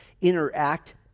interact